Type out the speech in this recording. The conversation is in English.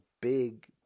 big